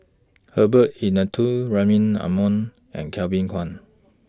Herbert Eleuterio Rahim Omar and Kevin Kwan